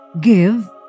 Give